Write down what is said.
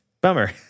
bummer